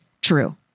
true